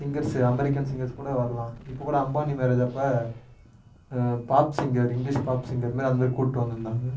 singers American singers கூட வரலாம் இப்போக்கூட அம்பானி மேரேஜப்போ pop singer English pop singer இந்த மாரி அந்த மாரி கூட்டு வந்திருந்தாங்க